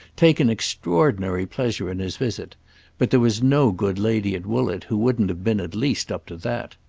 taken extraordinary pleasure in his visit but there was no good lady at woollett who wouldn't have been at least up to that.